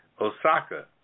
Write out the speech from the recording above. Osaka